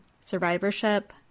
survivorship